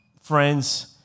friends